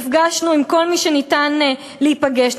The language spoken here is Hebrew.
נפגשנו עם כל מי שאפשר להיפגש,